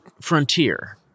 frontier